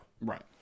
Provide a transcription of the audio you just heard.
Right